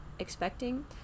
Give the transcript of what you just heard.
expecting